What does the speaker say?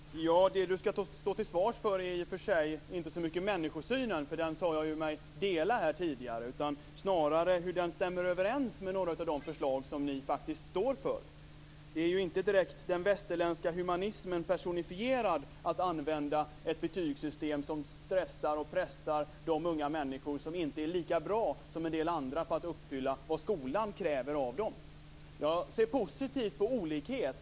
Fru talman! Det Yvonne Andersson skall stå till svars för är inte så mycket människosynen, för den sade jag mig ju tidigare dela. Snarare är det fråga om hur den stämmer överens med några av de förslag som ni faktiskt står för. Det är inte direkt den västerländska humanismen personifierad att använda ett betygssystem som stressar och pressar de unga människor som inte är lika bra som en del andra på att uppfylla vad skolan kräver av dem. Jag ser positivt på olikhet.